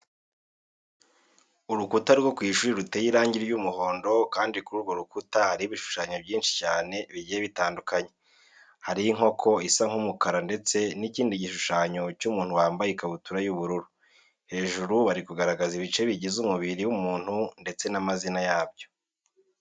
Urukuta rwo ku ishuri ruteye irangi ry'umuhondo kandi kuri urwo rukuta hariho ibishushanyo byinshi cyane bigiye bitandukanye, hariho inkoko isa nk'umukara ndetse n'ikindi gishushanyo cy'umuntu wambaye ikabutura y'ubururu, hejuru bari kugaragaza ibice bigize umubiri w'umuntu ndetse n'amazina yabyo.